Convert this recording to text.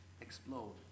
explode